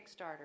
Kickstarter